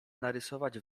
narysować